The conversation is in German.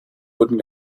wurden